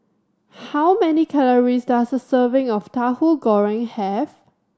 how many calories does a serving of Tahu Goreng have